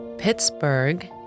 Pittsburgh